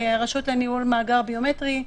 רשות לניהול מאגר ביומטרי,